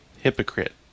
Hypocrite